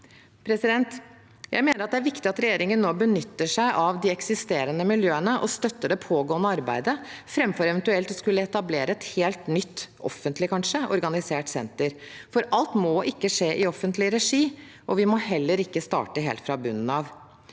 Jeg mener det er viktig at regjeringen nå benytter seg av de eksisterende miljøene og støtter det pågående arbeidet, framfor eventuelt å skulle etablere et helt nytt, kanskje offentlig organisert, senter. For alt må ikke skje i offentlig regi, og vi må heller ikke starte helt fra bunnen av.